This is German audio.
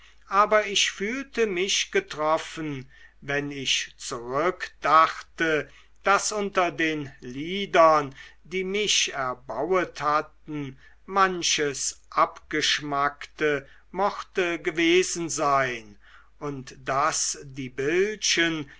aber ich fühlte mich getroffen wenn ich zurückdachte daß unter den liedern die mich erbauet hatten manches abgeschmackte mochte gewesen sein und daß die bildchen